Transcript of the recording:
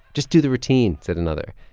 just do the routine, said another.